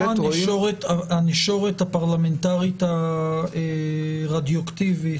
זו הנשורת הפרלמנטרית הרדיו-אקטיבית